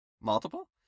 Multiple